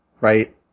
Right